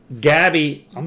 Gabby